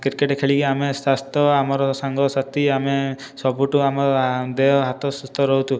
cricket ଖେଳିକି ଆମେ ସ୍ଵାସ୍ଥ୍ୟ ଆମର ସାଙ୍ଗ ସାଥି ଆମେ ସବୁଠାରୁ ଆମ ଦେହ ହାତ ସୁସ୍ଥ ରହୁଛୁ